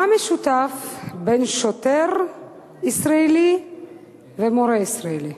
מה משותף בין שוטר ישראלי ומורה ישראלי?